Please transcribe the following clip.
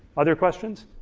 other questions?